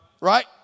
Right